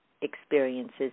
experiences